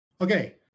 Okay